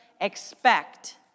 expect